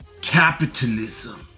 capitalism